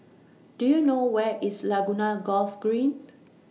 Do YOU know Where IS Laguna Golf Green